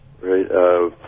right